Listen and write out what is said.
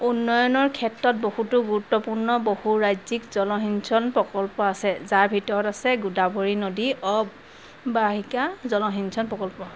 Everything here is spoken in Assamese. উন্নয়নৰ ক্ষেত্ৰত বহুতো গুৰুত্বপূৰ্ণ বহু ৰাজ্যিক জলসিঞ্চন প্ৰকল্প আছে যাৰ ভিতৰত আছে গোদাৱৰী নদী অৱবাহিকা জলসিঞ্চন প্ৰকল্প